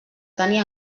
tenir